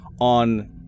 on